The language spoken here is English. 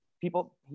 people